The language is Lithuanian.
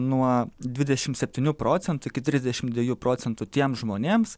nuo dvidešimt setynių procentų iki trisdešim dviejų procentų tiems žmonėms